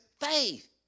faith